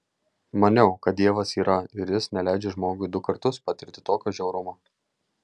maniau kad dievas yra ir jis neleidžia žmogui du kartus patirti tokio žiaurumo